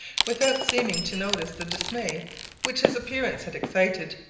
without seeming to notice the dismay which his appearance had excited,